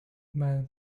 man